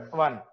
one